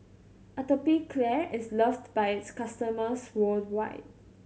Atopiclair is loved by its customers worldwide